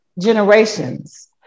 generations